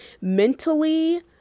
mentally